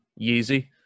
Yeezy